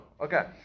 Okay